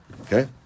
Okay